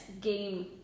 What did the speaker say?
game